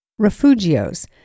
refugios